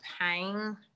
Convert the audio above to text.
pain